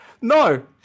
No